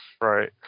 Right